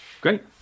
Great